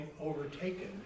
overtaken